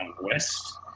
West